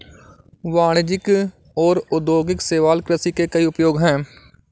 वाणिज्यिक और औद्योगिक शैवाल कृषि के कई उपयोग हैं